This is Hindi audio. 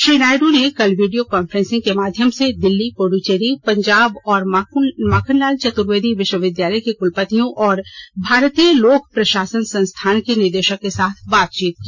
श्री नायडू ने कल वीडियो कांफ्रेसिंग के माध्यम से दिल्ली पुडुचेरी पंजाब और माखनलाल चतुर्वेदी विश्वविद्यालय के कुलपतियों और भारतीय लोक प्रशासन संस्थानके निदेशक के साथ बातचीत की